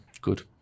Good